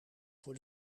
voor